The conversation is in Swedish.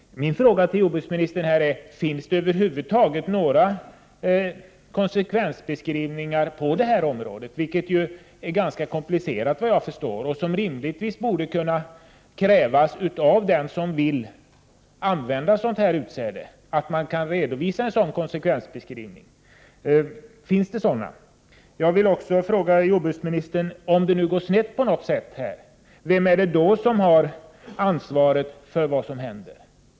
Då vill jag fråga jordbruksministern: Finns det över huvud taget några konsekvensbeskrivningar när det gäller detta område som — såvitt jag förstår — är ganska komplicerat. Det borde rimligtvis kunna krävas av den som vill använda genmanipulerat utsäde att man kan förete en sådan konsekvensbeskrivning. Finns det några sådana? Vidare vill jag fråga jordbruksministern: Om det nu går snett på något sätt, vem är det då som har ansvaret för vad som händer?